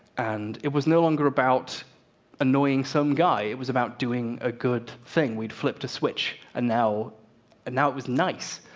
and it was no longer about annoying some guy. it was about doing a good thing. we'd flipped a switch, and now and now it was nice.